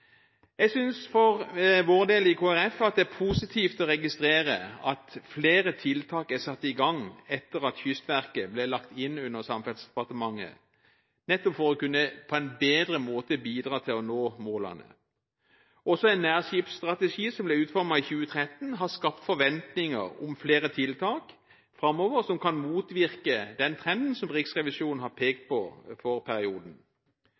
Jeg synes for Kristelig Folkepartis del at det er positivt å registrere at flere tiltak er satt i gang etter at Kystverket ble lagt inn under Samferdselsdepartementet for nettopp på en bedre måte å kunne bidra til å nå målene. En nærskipsstrategi, som ble utformet i 2013, har også skapt forventninger om flere tiltak framover som kan motvirke den trenden som Riksrevisjonen har pekt på for perioden.